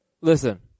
Listen